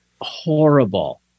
horrible